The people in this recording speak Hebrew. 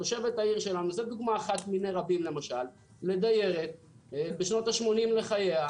תושבת העיר שלנו זו דוגמה אחת מיני רבים לדיירת בשנות ה-80 לחייה,